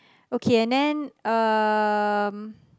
okay and then um